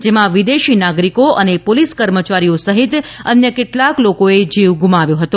જેમાં વિદેશી નાગરીકો અને પોલીસ કર્મચારીઓ સહિત અન્ય કેટલાંક લોકોએ જીવ ગુમાવ્યો હતો